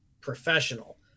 professional